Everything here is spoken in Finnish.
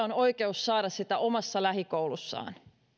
on oikeus saada sitä tukea omassa lähikoulussaan